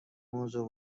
موضوع